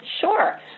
Sure